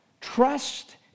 trust